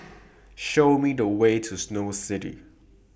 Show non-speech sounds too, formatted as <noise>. <noise> Show Me The Way to Snow City